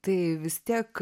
tai vis tiek